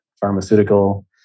pharmaceutical